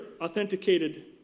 authenticated